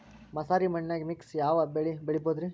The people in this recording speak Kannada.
ಮಸಾರಿ ಮಣ್ಣನ್ಯಾಗ ಮಿಕ್ಸ್ ಯಾವ ಬೆಳಿ ಬೆಳಿಬೊದ್ರೇ?